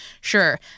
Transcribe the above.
sure